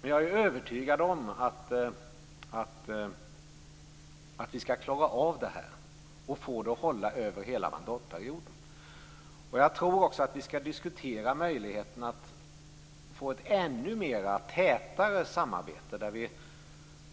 Men jag är övertygad om att vi skall klara av det och få det att hålla över hela mandatperioden. Jag tror också att vi skall diskutera möjligheterna att få ett ännu tätare samarbete där vi